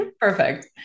Perfect